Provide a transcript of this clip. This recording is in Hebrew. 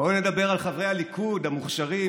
בואו נדבר על חברי הליכוד המוכשרים,